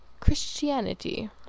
Christianity